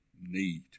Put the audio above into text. need